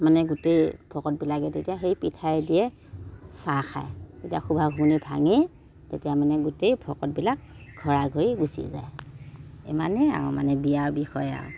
মানে গোটেই ভকতবিলাকে তেতিয়া সেই পিঠায়ে দিয়ে চাহ খায় তেতিয়া খোবাখোবনি ভাঙে তেতিয়া মানে গোটেই ভকতবিলাক ঘৰাঘৰি গুচি যায় ইমানেই আৰু মানে বিয়াৰ বিষয়ে আৰু